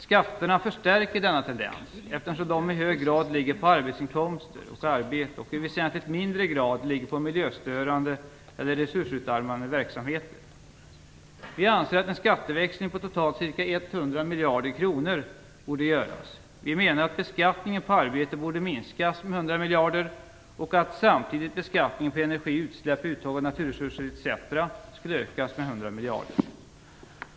Skatterna förstärker denna tendens, eftersom de i hög grad ligger på arbetsinkomster och i väsentligt mindre grad ligger på miljöstörande eller resursutarmande verksamheter. Vi anser att en skatteväxling om totalt ca 100 miljarder kronor borde göras. Vi menar att beskattningen på arbete borde minskas med 100 miljarder och att samtidigt beskattningen på energi, utsläpp, uttag av naturresurser etc. skulle ökas med 100 miljarder.